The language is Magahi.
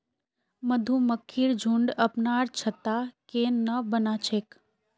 मधुमक्खिर झुंड अपनार छत्ता केन न बना छेक